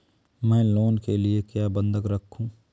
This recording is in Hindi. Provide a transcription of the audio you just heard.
मैं लोन के लिए क्या बंधक रखूं?